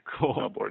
cool